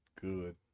good